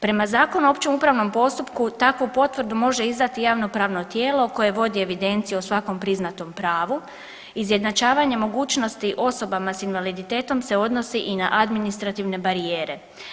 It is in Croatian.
Prema Zakonu o općem upravnom postupku takvu potvrdu može izdati javnopravno tijelo koje vodi evidenciju o svakom priznatom pravu, izjednačavanje mogućnosti osobama s invaliditetom se odnosi i na administrativne barijere.